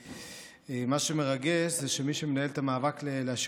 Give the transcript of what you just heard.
ומה שמרגש זה שמי שמנהלים את המאבק להשאיר